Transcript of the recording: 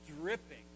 dripping